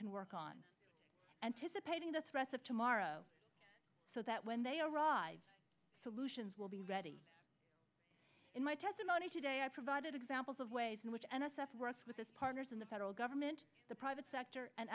can work on anticipating the threats of tomorrow so that when they arrive solutions will be ready in my testimony today i provided examples of ways in which n s f works with us partners in the federal government the private sector and